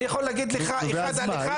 אני יכול להגיד לך אחד על אחד שהזרמתם.